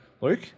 Luke